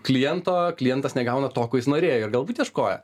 kliento klientas negauna to ko jis norėjo ir galbūt ieškojo